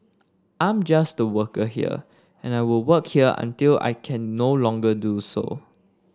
I'm just a worker here and I will work here until I can no longer do so